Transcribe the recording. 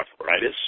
arthritis